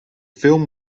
film